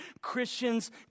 Christians